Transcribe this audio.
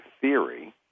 theory